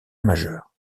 majeur